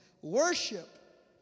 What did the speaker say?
Worship